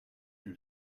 you